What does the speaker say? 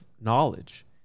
knowledge